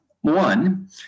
One